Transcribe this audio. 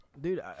Dude